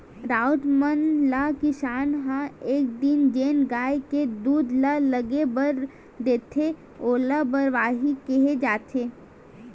राउत मन ल किसान ह एक दिन जेन गाय के दूद ल लेगे बर देथे ओला बरवाही केहे जाथे